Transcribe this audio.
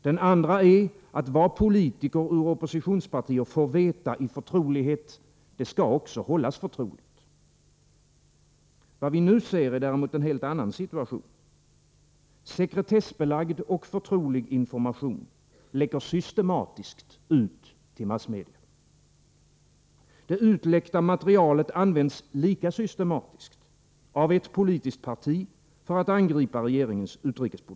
Den andra är att vad politiker ur oppositionspartier får veta i förtrolighet också skall hållas förtroligt. Vad vi nu ser är däremot en helt annan situation. Sekretessbelagd och förtrolig information läcker systematiskt ut till massmedia. Det utläckta materialet används lika systematiskt av ett politiskt parti för att angripa regeringens utrikespolitik.